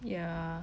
ya